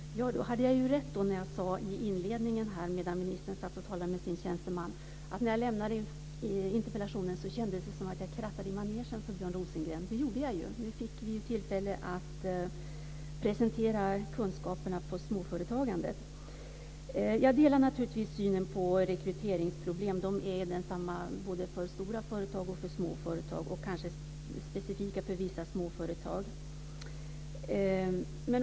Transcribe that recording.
Fru talman! Då hade jag rätt när jag i inledningen sade att när jag lämnade in interpellationen kändes det som att jag krattade i manegen för Björn Rosengren, och det gjorde jag ju. Nu fick han tillfälle att presentera sina kunskaper om småföretagande. Jag delar naturligtvis synen på rekryteringsproblemet. Det är naturligtvis detsamma för både stora företag och småföretag - kanske specifikt för viss småföretag.